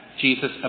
Jesus